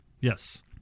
yes